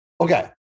okay